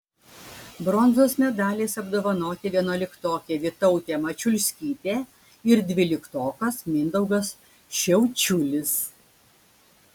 bronzos medaliais apdovanoti vienuoliktokė vytautė mačiulskytė ir dvyliktokas mindaugas šiaučiulis